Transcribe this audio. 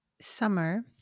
Summer